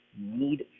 need